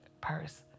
purse